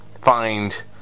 find